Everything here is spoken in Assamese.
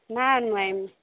নাই নোৱাৰিম